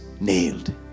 nailed